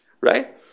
right